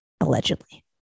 Allegedly